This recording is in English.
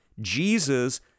Jesus